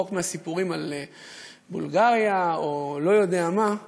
רחוק מהסיפורים על בולגריה או לא יודע מה,